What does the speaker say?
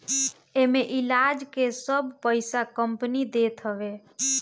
एमे इलाज के सब पईसा कंपनी देत हवे